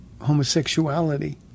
homosexuality